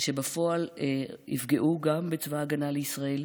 ושבפועל יפגעו גם בצבא ההגנה לישראל,